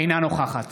אינה נוכחת